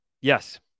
yes